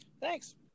Thanks